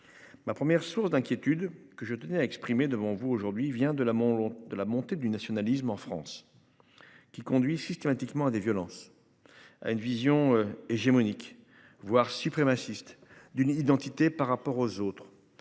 ma première source d'inquiétude que je tenais à exprimer devant vous aujourd'hui, vient de la mort de la montée du nationalisme en France. Qui conduit systématiquement à des violences. À une vision hégémonique voire suprémacistes d'une identité par rapport aux autres.